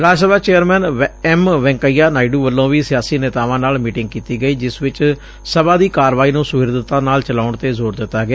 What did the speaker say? Rajya Sabha chairman M Venkaiah Naidu ਵਲੋਂ ਵੀ ਸਿਆਸੀ ਨੇਤਾਵਾਂ ਨਾਲ ਮੀਟਿੰਗ ਕੀਤੀ ਗਈ ਜਿਸ ਵਿਚ ਸਭਾ ਦੀ ਕਾਰਵਾਈ ਨੰ ਸਹਿਰਦਤਾ ਨਾਲ ਚਲਾਉਣ ਤੇ ਜੋਰ ਦਿਤਾ ਗਿਆ